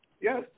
Yes